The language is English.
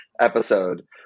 episode